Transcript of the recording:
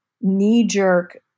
knee-jerk